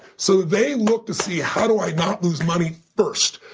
so they look to see how do i not lose money first.